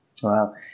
Wow